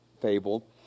fable